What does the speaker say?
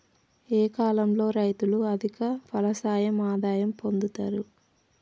ఏ కాలం లో రైతులు అధిక ఫలసాయం ఆదాయం పొందుతరు?